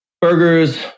burgers